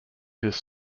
his